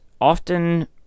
often